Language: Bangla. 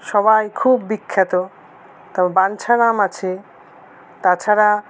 সবাই খুব বিখ্যাত তারপর বাঞ্ছারাম আছে তাছাড়া